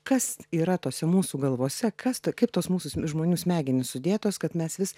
kas yra tose mūsų galvose kas ta kaip tos mūsų žmonių smegenys sudėtos kad mes vis